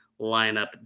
lineup